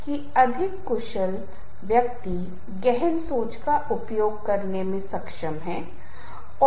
इतने सारे बच्चों के बीच में चिल्लाने और रोने के कारण वह उस विशेष ध्वनि को पहचानने में सक्षम है और उस ध्वनि को पहचानने में सक्षम है जो उसके लिए प्रासंगिक है